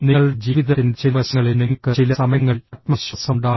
നിങ്ങളുടെ ജീവിതത്തിന്റെ ചില വശങ്ങളിൽ നിങ്ങൾക്ക് ചില സമയങ്ങളിൽ ആത്മവിശ്വാസമുണ്ടാകാം